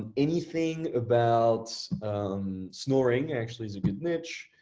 and anything about snoring actually is a good niche.